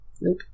Nope